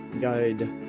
guide